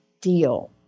deal